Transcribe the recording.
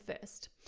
first